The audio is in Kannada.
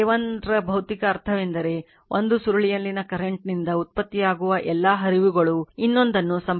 K1 ರ ಭೌತಿಕ ಅರ್ಥವೆಂದರೆ ಒಂದು ಸುರುಳಿಯಲ್ಲಿನ ಕರೆಂಟ್ ನಿಂದ ಉತ್ಪತ್ತಿಯಾಗುವ ಎಲ್ಲಾ ಹರಿವುಗಳು ಇನ್ನೊಂದನ್ನು ಸಂಪರ್ಕಿಸುತ್ತವೆ